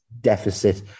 deficit